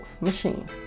machine